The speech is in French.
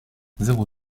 zéro